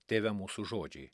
tėve mūsų žodžiai